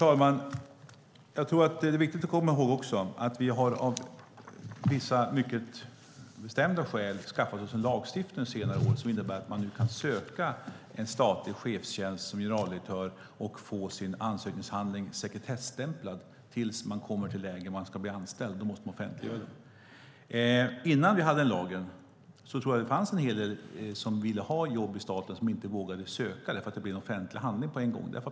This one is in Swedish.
Herr talman! Det är viktigt att komma ihåg att vi av vissa mycket bestämda skäl på senare år skaffat oss en lagstiftning som innebär att man nu kan söka en statlig chefstjänst, som generaldirektör, och få sina ansökningshandlingar sekretessbelagda tills man kommer i det läget att man ska bli anställd. Då måste de offentliggöras. Innan vi hade den lagen tror jag att det fanns en hel del personer som ville ha jobb i staten men inte vågade söka eftersom det genast blev en offentlig handling.